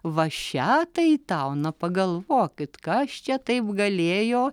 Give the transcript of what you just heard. va šią tai tau na pagalvokit kas čia taip galėjo